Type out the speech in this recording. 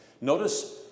Notice